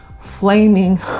flaming